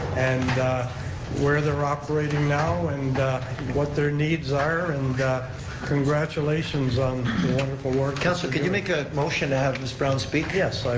and where they're they're operating now and what their needs are, and congratulations on the wonderful work. councilor, could you make a motion to have mrs. brown speak? yes, i